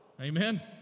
amen